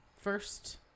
first